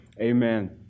Amen